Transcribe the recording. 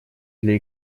для